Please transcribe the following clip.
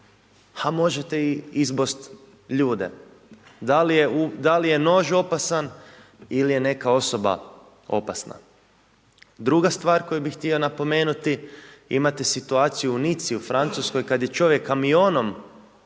a možete i izbosti ljude. Da li je nož opasan ili je neka osoba opasna. Druga stvar koju bih htio napomenuti, imate situaciju u Nici u Francuskoj kad je čovjek kamionom